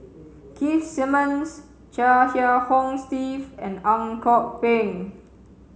Keith Simmons Chia Kiah Hong Steve and Ang Kok Peng